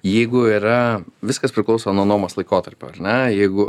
jeigu yra viskas priklauso nuo nuomos laikotarpio ar ne jeigu